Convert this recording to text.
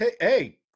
Hey